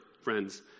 friends